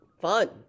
fun